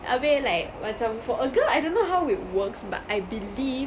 habis like macam for a girl I don't know how it works but I believe